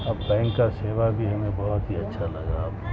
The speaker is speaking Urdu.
اب بینک کا سیوا بھی ہمیں بہت ہی اچھا لگا اب